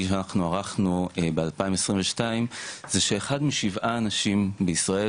שאנחנו ערכנו ב-2022 זה שאחד משבעה אנשים בישראל,